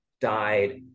died